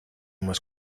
más